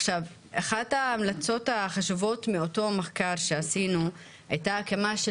אחת ההמלצות החשובות מאותו מחקר שעשינו היתה הקמה של